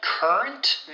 Current